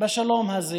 בשלום הזה.